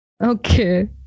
Okay